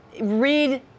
read